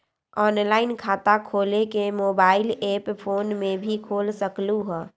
Online खाता खोले के मोबाइल ऐप फोन में भी खोल सकलहु ह?